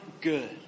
good